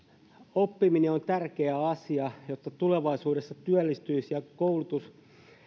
oppiminen on tärkeä asia jotta tulevaisuudessa työllistyisi ja koulutus